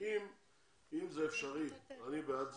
אם זה אפשרי אני בעד זה,